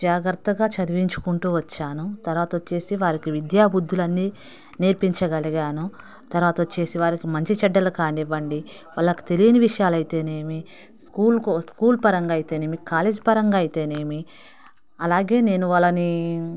జాగ్రత్తగా చదివించుకుంటూ వచ్చాను తరువాత వచ్చేసి వారికి విద్యా బుద్దులన్ని నేర్పించగలిగాను తరువాత వచ్చేసి వారికి మంచి చెడ్డలు కానివ్వండి వాళ్ళకి తెలియని విషయాలు అయితేనేమి స్కూల్ స్కూల్ పరంగా అయితేనేమి కాలేజీ పరంగా అయితేనేమి అలాగే నేను వాళ్ళని